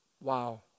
Wow